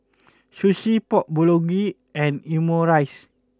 Sushi Pork Bulgogi and Omurice